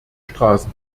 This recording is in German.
straße